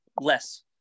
less